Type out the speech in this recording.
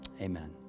Amen